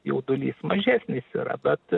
jaudulys mažesnis yra bet